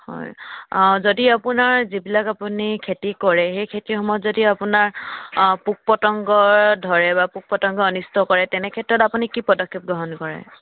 হয় যদি আপোনাৰ যিবিলাক আপুনি খেতি কৰে সেই খেতিসমূহত যদি আপোনাৰ পোক পতংগ ধৰে বা পোক পতংগ অনিষ্ট কৰে তেনেক্ষেত্ৰত আপুনি কি পদক্ষেপ গ্ৰহণ কৰে